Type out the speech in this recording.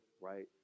right